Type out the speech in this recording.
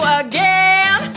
again